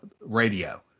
radio